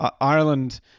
Ireland